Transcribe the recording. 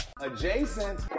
Adjacent